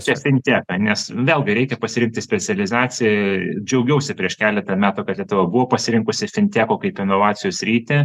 čia finteka nes vėlgi reikia pasirinkti specializaciją i džiaugiausi prieš keletą metų kad lietuva buvo pasirinkusi finteko kaip inovacijos sritį